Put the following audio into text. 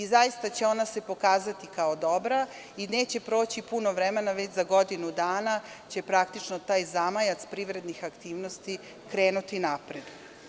Zaista će se ona pokazati kao dobra i neće proći puno vremena, već za godinu dana će praktično taj zamajac privrednih aktivnosti krenuti napred.